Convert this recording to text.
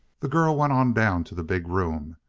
the girl went on down to the big room.